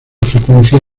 frecuencia